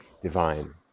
divine